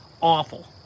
Awful